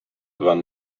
van